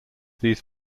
these